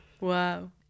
Wow